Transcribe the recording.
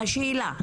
והשאלה,